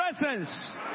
presence